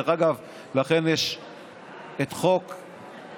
דרך אגב, לכן יש את חוק השבות.